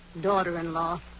daughter-in-law